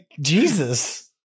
jesus